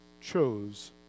chose